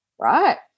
Right